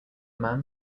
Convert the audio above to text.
man